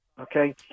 Okay